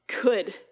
good